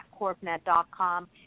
corpnet.com